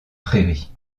prairies